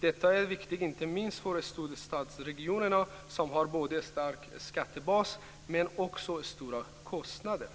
Detta är viktigt inte minst för storstadsregionerna som har både en stark skattebas men också stora kostnader.